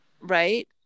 right